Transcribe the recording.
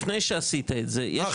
לפני שעשית את זה --- אה,